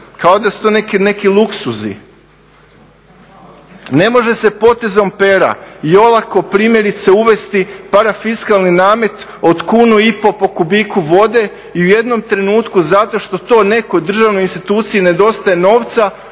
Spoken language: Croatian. kao da su to neki luksuzi. Ne može se potezom pera i olako primjerice uvesti parafiskalni namet od 1,5kn po kubiku vode i u jednom trenutku zato što to nekoj državnoj instituciji nedostaje novca